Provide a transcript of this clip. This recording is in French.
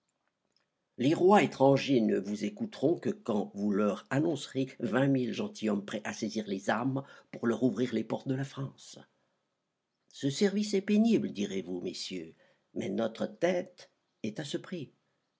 les rois étrangers ne vous écouteront que quand vous leur annoncerez vingt mille gentilshommes prêts à saisir les armes pour leur ouvrir les portes de la france ce service est pénible direz-vous messieurs notre tête est à ce prix